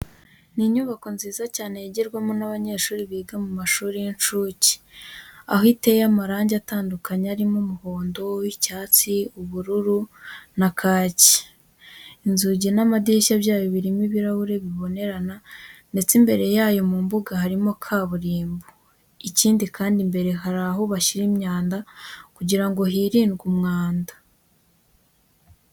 Ni inyubako nziza cyane yigirwamo n'abanyeshuri biga mu mashuri y'incuke, aho iteye amarange atandukanye arimo umuhondo, icyatsi, ubururu, na kake. Inzugi n'amadirishya byayo birimo ibirahure bibonerana ndetse imbere yayo mu mbuga harimo kaburimbo. Ikindi kandi, imbere hari aho bashyira imyanda kugira ngo hirindwe umwanda.